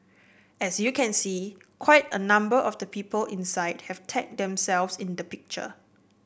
as you can see quite a number of the people inside have tagged themselves in the picture